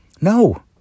No